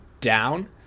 down